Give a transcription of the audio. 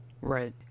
Right